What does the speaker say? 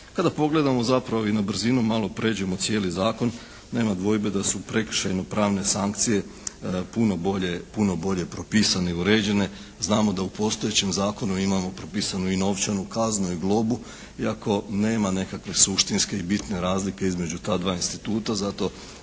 Kada pogledamo zapravo i na brzinu malo pređemo cijeli zakon nema dvojbe da su prekršajno-pravne sankcije puno bolje, puno bolje propisane i uređene. Znamo da u postojećem zakonu imamo propisanu i novčanu kaznu i globu. Iako nema nekakve suštinske i bitne razlike između ta dva instituta. Zato